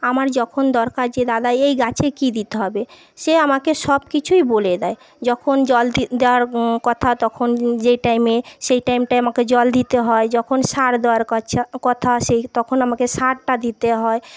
আমার যখন দরকার যে দাদা এই গাছে কী দিতে হবে সে আমাকে সবকিছুই বলে দেয় যখন জল দ দেওয়ার কথা যখন যে টাইমে সেই টাইমটায় আমাকে জল দিতে হয় যখন সার দেওয়ার কছা কথা সেই তখন আমাকে সারটা দিতে হয়